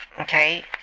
okay